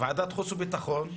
בוועדת חוץ וביטחון.